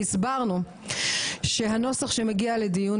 והסברנו שהנוסח שמגיע לדיון,